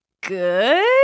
good